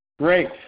Great